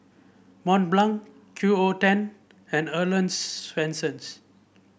Mont Blanc Q O Ten and Earl's Swensens